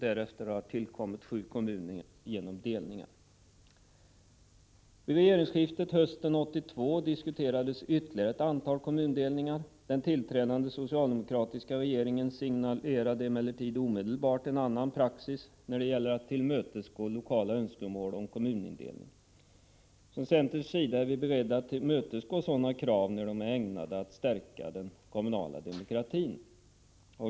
Därefter har det tillkommit 7 kommuner genom delningar. Vid regeringsskiftet hösten 1982 diskuterades ytterligare ett antal kommundelningar. Den tillträdande socialdemokratiska regeringen signalerade emellertid omedelbart en annan praxis när det gäller att tillmötesgå lokala önskemål om kommunindelning. Från centerns sida är vi beredda att tillmötesgå sådana önskemål när de är ägnade att stärka den kommunala demokratin.